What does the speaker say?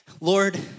Lord